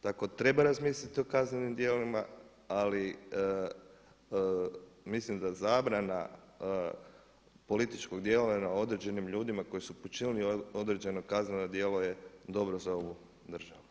Tako da treba razmisliti o kaznenim djelima ali mislim da zabrana političkog djelovanja određenim ljudima koji su počinili određena kaznena djela je dobro za ovu državu.